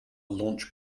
launch